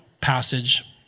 passage